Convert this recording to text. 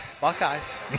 Buckeyes